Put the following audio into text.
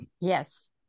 yes